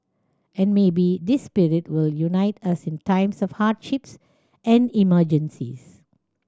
and maybe this spirit will unite us in times of hardships and emergencies